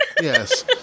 Yes